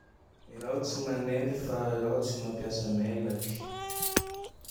I raho tsy manenty fa raho tsy mampiasa mailaky.